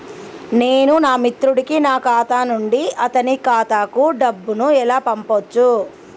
నేను నా మిత్రుడి కి నా ఖాతా నుండి అతని ఖాతా కు డబ్బు ను ఎలా పంపచ్చు?